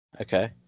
Okay